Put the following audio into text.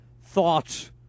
thoughts